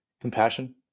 compassion